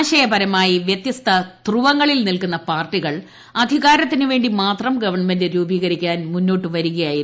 ആശയപരമായി വൃത്യസ്ത ധ്രുവങ്ങളിൽ നിൽക്കുന്ന പാർട്ടികൾ അധികാരത്തിന് വേണ്ടി മാത്രം ഗവൺമെന്റ് രൂപീകരിക്കാൻ മൂന്നോട്ട് വരികയായിരുന്നു